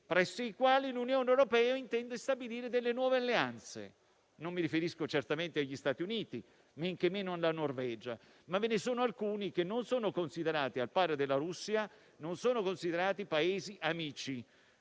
Paesi con i quali l'Unione europea intende stabilire nuove alleanze. Non mi riferisco certamente agli Stati Uniti, men che meno alla Norvegia; ma ve ne sono alcuni che, al pari della Russia, non sono considerati Paesi amici